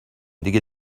دیگه